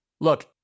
look